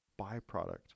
byproduct